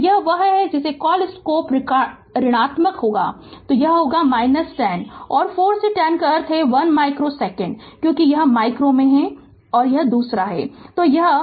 तो यह वह है जिसे कॉल स्लोप ऋणात्मक होगा तो यह होगा 10 और 4 से 5 का अर्थ है यह 1 माइक्रो सेकेंड है क्योंकि यह माइक्रो में है दूसरा